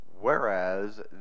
Whereas